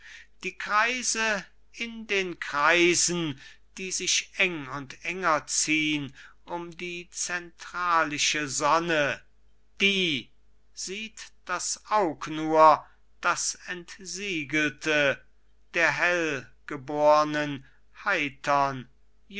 die kreise in den kreisen die sich eng und enger ziehn um die zentralische sonne die sieht das aug nur das entsiegelte der hellgebornen heitern